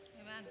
Amen